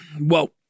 whoa